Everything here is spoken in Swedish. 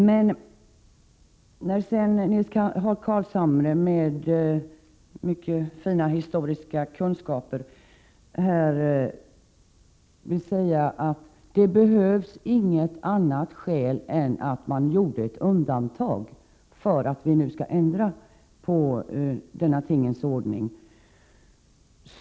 Nils Carlshamre, som har mycket fina historiska kunskaper, vill säga att det inte behövs något annat skäl än att några personer gjorde ett undantag för att vi nu skall ändra denna tingens ordning.